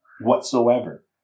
whatsoever